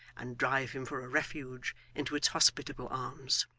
and drive him for a refuge into its hospitable arms.